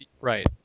Right